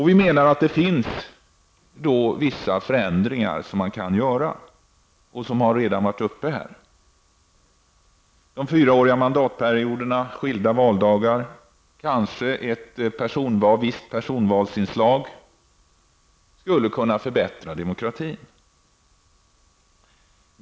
Vi menar att det finns vissa förändringar som man kan göra och som redan har varit uppe här. Fyraåriga mandatperioder, skilda valdagar och kanske ett visst personvalsinslag skulle kunna förbättra demokratin.